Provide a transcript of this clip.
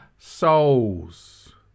souls